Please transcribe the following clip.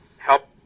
help